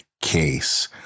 case